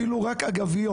אפילו רק אגביות.